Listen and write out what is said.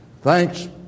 Thanks